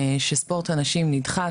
שספורט הנשים נדחק,